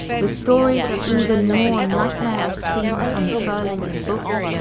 with stories of even more nightmarish scenes unfurling in books,